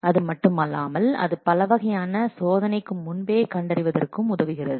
அதுமட்டுமல்லாமல் அது பல வகையான சோதனைக்கு முன்பே கண்டறிவதற்கும் உதவுகிறது